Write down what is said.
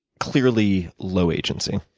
clearly low agency,